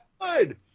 good